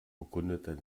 bekundete